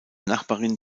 nachbarin